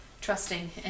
trusting